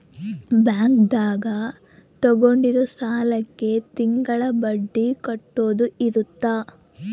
bank ದಾಗ ತಗೊಂಡಿರೋ ಸಾಲಕ್ಕೆ ತಿಂಗಳ ಬಡ್ಡಿ ಕಟ್ಟೋದು ಇರುತ್ತ